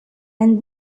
and